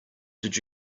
did